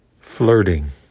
Flirting